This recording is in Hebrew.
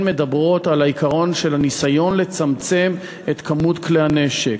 מדברות על העיקרון של הניסיון לצמצם את מספר כלי הנשק.